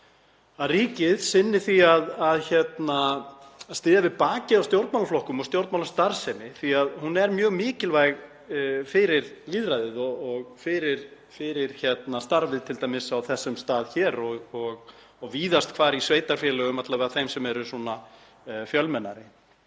að ríkið sinni því að styðja við bakið á stjórnmálaflokkum og stjórnmálastarfsemi því að hún er mjög mikilvæg fyrir lýðræðið og fyrir starfið t.d. á þessum stað hér og víðast hvar í sveitarfélögum, alla vega þeim sem eru fjölmennari.